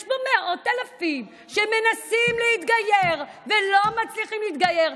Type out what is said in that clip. יש פה מאות אלפים שמנסים להתגייר ולא מצליחים להתגייר,